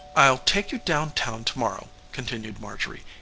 i'll take you down-town to-morrow, continued marjorie,